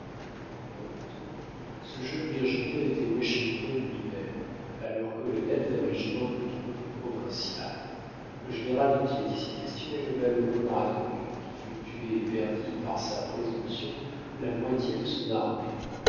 ce jeune virginien était washington lui-même alors colonel d'un régiment de troupes provinciales le général dont il est ici question est le malheureux braddock qui fut tué et perdit par sa présomption la moitié de son armée